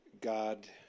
God